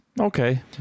Okay